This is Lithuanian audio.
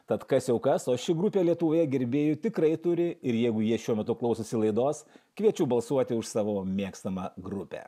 tad kas jau kas o ši grupė lietuvoje gerbėjų tikrai turi ir jeigu jie šiuo metu klausosi laidos kviečiu balsuoti už savo mėgstamą grupę